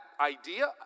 idea